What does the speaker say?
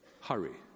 hurry